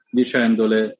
dicendole